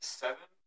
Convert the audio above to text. seven